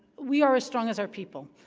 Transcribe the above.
we are as strong as our people,